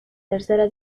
tercera